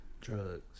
Drugs